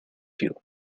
you